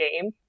game